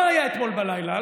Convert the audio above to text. מה היה אתמול בלילה?